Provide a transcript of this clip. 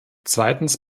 zweitens